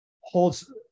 holds